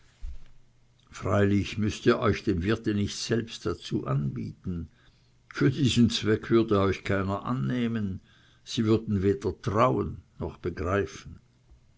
freilich müßt ihr euch dem wirte nicht selbst dazu anbieten für diesen zweck würde euch keiner annehmen sie würden weder trauen noch begreifen